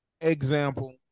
example